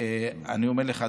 אני אומר לך,